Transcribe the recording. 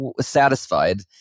satisfied